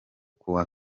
kuwa